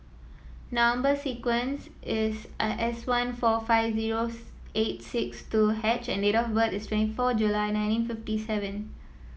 number sequence is I S one four five zero eight six two H and date of birth is twenty four July nineteen fifty seven